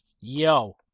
yo